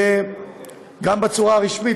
וגם בצורה רשמית,